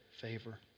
favor